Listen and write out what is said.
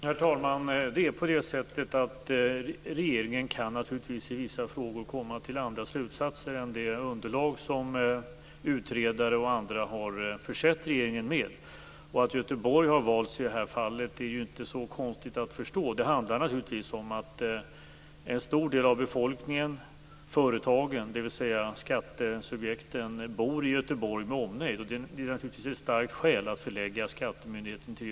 Herr talman! Regeringen kan naturligtvis i vissa frågor dra andra slutsatser än dem som dragits i underlag som utredare och andra försett regeringen med. Det är inte så konstigt eller svårt att förstå att Göteborg har valts i det här fallet. Det handlar naturligtvis om att en stor del av befolkningen och företagen, dvs. skattesubjekten, bor i Göteborg med omnejd. Det är ett starkt skäl att förlägga skattemyndigheten dit.